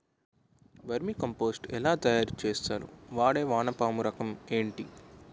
Vermi compost ఎలా తయారు చేస్తారు? వాడే వానపము రకం ఏంటి?